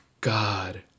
god